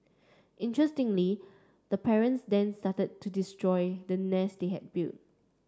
interestingly the parents then started to destroy the nest they had built